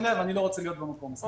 אליה ואני לא רוצה להיות במקום הזה.